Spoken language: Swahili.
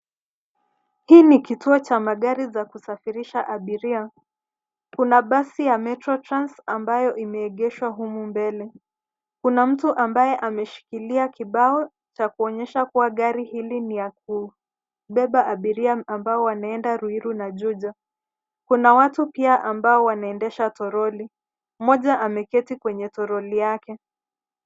Hii ni kituo cha magari za kusafirisha abiria. Kuna basi ya Metro Trans ambayo imeegeshwa humu mbele. Kuna mtu ambaye ameshikilia kibao cha kuonyesha kuwa gari hili ni la kubeba abiria ambao wanaenda Ruiru na Juja. Kuna watu pia ambao wanaendesha toroli. Mmoja ameketi kwenye toroli.